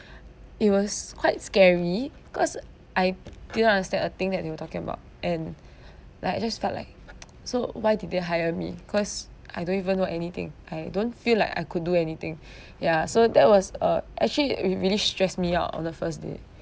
it was quite scary cause I didn't understand a thing that they were talking about and like I just felt like so why did they hire me cause I don't even know anything I don't feel like I could do anything ya so that was uh actually it really stress me out on the first day